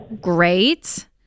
Great